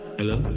Hello